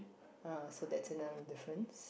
ah so that's another difference